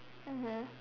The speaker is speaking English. mmhmm